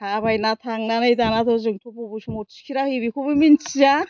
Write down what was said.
थाबायना थांनानै दानाथ' जोंथ' बबे समाव थिखिरा होयो बेखौबो मोनथिया